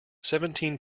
seventeen